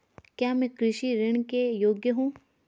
क्या मैं कृषि ऋण के योग्य हूँ?